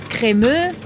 Crémeux